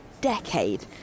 decade